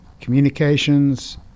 communications